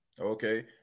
Okay